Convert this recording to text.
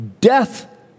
Death